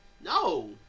No